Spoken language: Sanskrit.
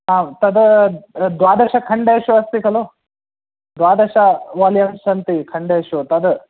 आं तद् द्वादश खण्डेषु अस्ति खलु द्वादश वाल्यूम्स् सन्ति खण्डेषु तद्